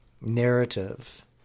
narrative